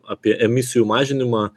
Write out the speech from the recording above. apie emisijų mažinimą